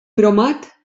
promet